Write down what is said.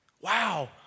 Wow